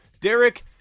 Derek